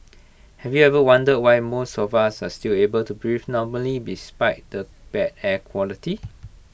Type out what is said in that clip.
have you ever wondered why most of us are still able to breathe normally despite the bad air quality